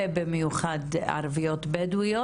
ובמיוחד ערביות בדואיות.